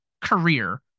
career